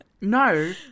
no